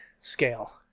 scale